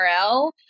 URL